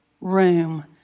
room